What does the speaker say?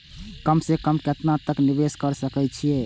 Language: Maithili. कम से कम केतना तक निवेश कर सके छी ए?